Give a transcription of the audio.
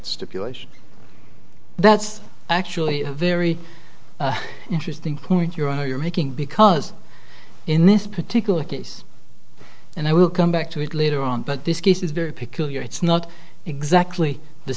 stipulation that's actually very interesting point you are you're making because in this particular case and i will come back to it later on but this case is very peculiar it's not exactly the